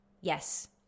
yes